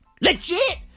Legit